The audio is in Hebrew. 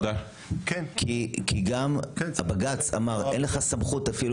זה בא כי גם הבג"צ אמר שאין לך סמכות אפילו